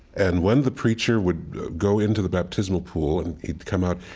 and when the preacher would go into the baptismal pool and he'd come out,